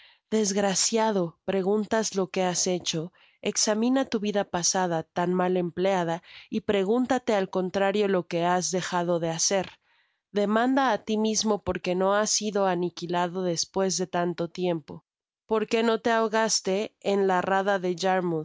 desgraciado preguntas lo que has hecho examina tu vida pasada tan mal empleada y pregúntate ai contrario lo que has dejado de hacer demanda á ti mismo porque no has sido aniquilado despues de tanto tiempo porque no te ahogaste en la rada de